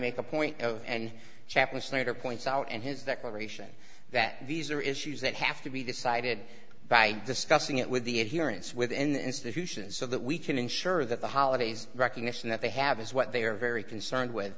make a point of and chaplains later points out and his declaration that these are issues that have to be decided by discussing it with the it here it's within the institutions so that we can ensure that the holidays recognition that they have is what they are very concerned with